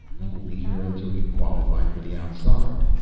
you will be here until you qualify for the outside.